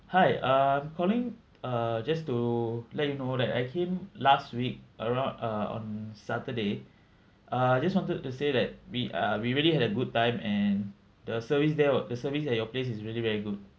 hi I'm calling uh just to let you know that I came last week around uh on saturday uh just wanted to say that we uh we really had a good time and the service there were the service at your place is really very good